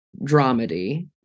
dramedy